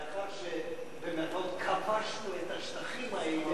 לאחר ש"כבשנו" את השטחים האלה,